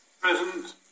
Present